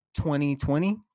2020